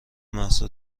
مهسا